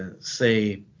say